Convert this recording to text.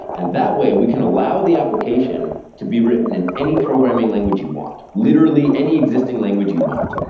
and that way we can allow the application to be written in any programming language you want. literally, any existing language you want.